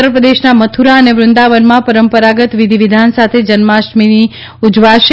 ઉત્તરપ્રદેશના મથુરા અને વૃદાવનમાં પરંપરાગત વિધિ વિધાન સાથે જન્માષ્ટમી ઉજવાશે